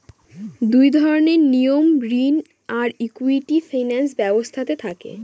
দুই ধরনের নিয়ম ঋণ আর ইকুইটি ফিনান্স ব্যবস্থাতে থাকে